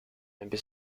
maybe